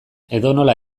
edonola